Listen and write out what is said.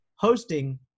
hosting